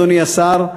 אדוני השר,